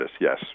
Yes